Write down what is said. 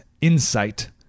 insight